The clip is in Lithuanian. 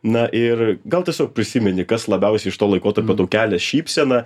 na ir gal tiesiog prisimeni kas labiausiai iš to laikotarpio kelia šypseną